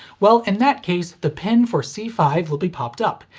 well, in that case, the pin for c five will be popped up.